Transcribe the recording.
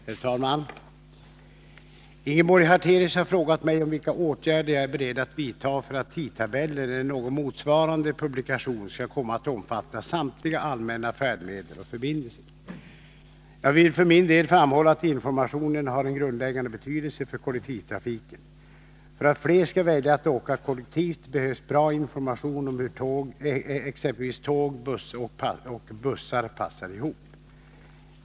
Herr talman! Ingeborg Hartelius har frågat mig om vilka åtgärder jag är beredd att vidta för att Tidtabellen eller någon motsvarande publikation skall komma att omfatta samtliga allmänna färdmedel och förbindelser. Jag vill för min del framhålla att informationen har en grundläggande betydelse för kollektivtrafiken. För att fler skall välja att åka kollektivt behövs bra information om hur t.ex. tåg och bussar passar ihop.